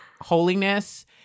holiness